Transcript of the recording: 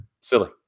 Silly